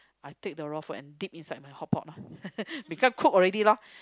I take the raw food and dip inside my hotpot loh become cooked already loh